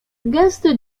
gęsty